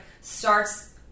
starts